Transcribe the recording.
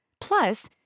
Plus